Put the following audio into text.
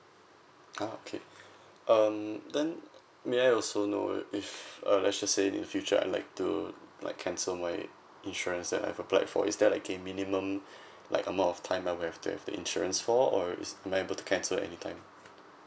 uh okay um then may I also know if err let's just say in future I like to like cancel my insurance that I've applied for is there like a minimum like amount of time I'll have to have the insurance for or is am I able to cancel anytime